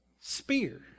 spear